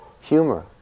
humor